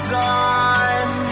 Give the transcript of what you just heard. time